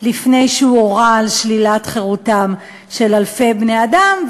לפני שהוא הורה על שלילת חירותם של אלפי בני-אדם.